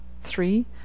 three